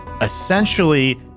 Essentially